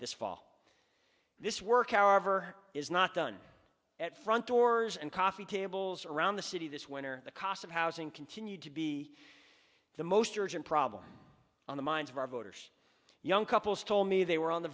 this fall this work however is not done at front doors and coffee tables around the city this winter the cost of housing continued to be the most urgent problem on the minds of our voters young couples told me they were on the